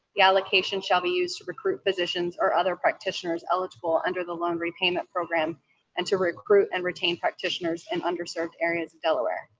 the allocation shall be used to recruit physicians or other practitioners eligible under the loan repayment program and to recruit and retain practitioners in and under-served areas of delaware.